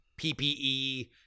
PPE